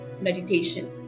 meditation